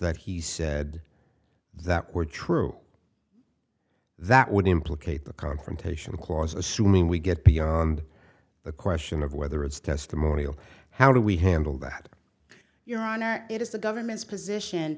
that he said that were true that would implicate the confrontation clause assuming we get beyond the question of whether it's testimonial how do we handle that your honor it is the government's position